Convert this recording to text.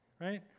Right